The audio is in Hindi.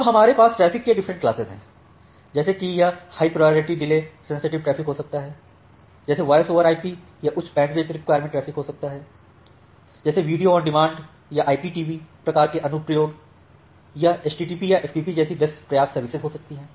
अब हमारे पास ट्रैफिक के डिफरेंट क्लासेस हैं जैसे कि यह high priority delay sensitive traffic हो सकता है जैसे वॉयस ओवर आईपी यह उच्च बैंडविड्थ रिक्वायरमेंट ट्रैफिक हो सकता है जैसे वीडियो ऑन डिमांड या आईपीटीवीIIPTV प्रकार के अनुप्रयोग यह एचटीटीपी या एफटीपी जैसी बेस्ट प्रयास सर्विसएं हो सकती हैं